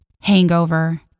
Hangover